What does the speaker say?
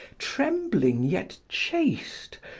trembling yet chaste,